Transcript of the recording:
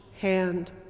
hand